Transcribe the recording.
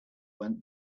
went